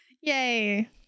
yay